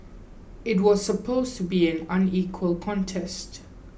it was supposed to be an unequal contest